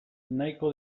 nahiko